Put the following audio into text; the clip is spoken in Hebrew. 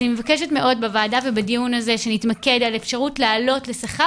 אז אני מבקשת מאוד בוועדה הזאת להתמקד להעלות לשכר